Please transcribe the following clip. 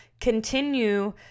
continue